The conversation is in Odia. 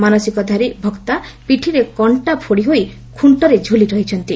ମାନସିକଧାରୀ ଭକ୍ତା ପିଠିରେ କକ୍କା ଫୋଡ଼ିହୋଇ ଖୁକ୍ଷରେ ଝୁଲି ରହନ୍ତି